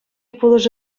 пулӑшу